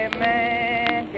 man